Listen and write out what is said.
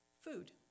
Food